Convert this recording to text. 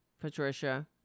Patricia